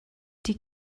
die